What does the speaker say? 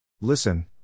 Listen